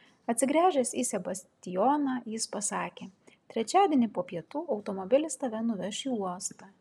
atsigręžęs į sebastijoną jis pasakė trečiadienį po pietų automobilis tave nuveš į uostą